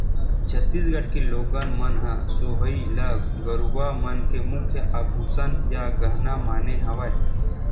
छत्तीसगढ़ के लोगन मन ह सोहई ल गरूवा मन के मुख्य आभूसन या गहना माने हवय